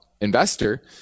investor